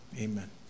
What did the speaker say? Amen